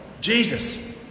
Jesus